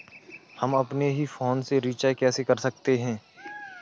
हम अपने ही फोन से रिचार्ज कैसे कर सकते हैं?